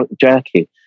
jerky